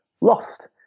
lost